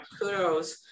kudos